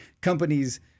companies